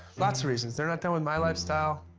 lots of reasons. they're not down with my lifestyle.